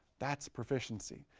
that's proficiency.